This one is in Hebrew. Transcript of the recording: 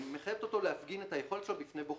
מחייבת אותו להפגין את היכולת שלו לפני בוחן.